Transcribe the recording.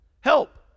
Help